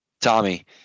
Tommy